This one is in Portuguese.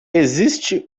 existe